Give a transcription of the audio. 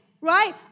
right